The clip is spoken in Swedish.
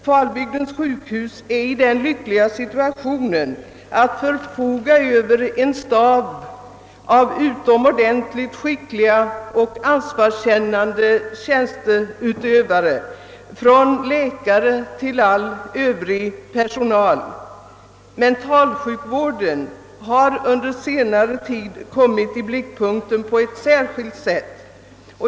Falbygdens sjukhus är lyckligt nog att förfoga över en stab av utomordentligt skickliga och ansvarskännande tjänsteutövare, såväl läkare som övrig personal. Mentalsjukvården har under senare tid kommit i blickpunkten på ett särskilt sätt.